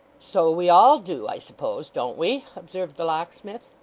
so we all do, i suppose, don't we observed the locksmith.